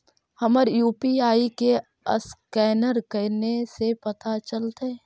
हमर यु.पी.आई के असकैनर कने से पता चलतै?